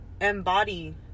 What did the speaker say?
embody